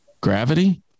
Gravity